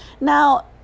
Now